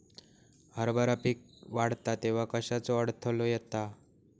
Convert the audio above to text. हरभरा पीक वाढता तेव्हा कश्याचो अडथलो येता?